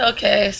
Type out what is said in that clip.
Okay